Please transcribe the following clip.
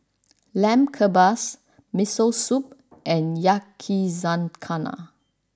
Lamb Kebabs Miso Soup and Yakizakana